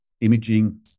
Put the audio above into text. imaging